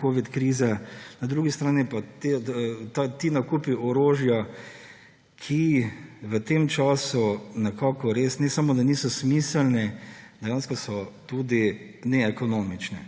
covid krize, na drugi strani pa ti nakupi orožja, ki v tem času ne samo, da niso smiselni, dejansko so tudi neekonomični.